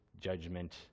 judgment